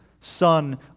son